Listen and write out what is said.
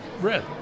breath